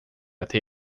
até